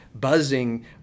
buzzing